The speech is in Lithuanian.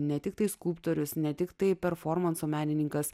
ne tiktai skulptorius ne tiktai performanso menininkas